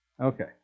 Okay